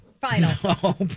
Final